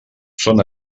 són